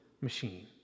machine